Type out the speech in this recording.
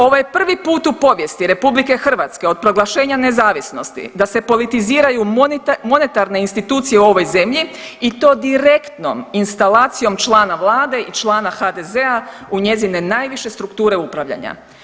Ovo je prvi put u povijesti RH od proglašenja nezavisnosti da se politiziraju monetarne institucije u ovoj zemlji i to direktnom instalacijom člana vlade i člana HDZ-a u njezine najviše strukture upravljanja.